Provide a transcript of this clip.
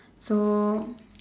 so